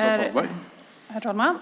Herr talman!